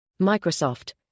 Microsoft